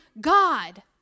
God